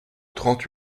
trente